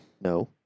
No